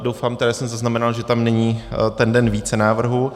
Doufám, tedy zaznamenal jsem, že tam není ten den více návrhů.